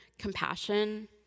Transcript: compassion